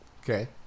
Okay